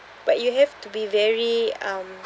but you have to be very um